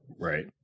Right